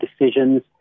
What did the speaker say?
decisions